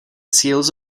seals